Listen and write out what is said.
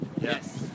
Yes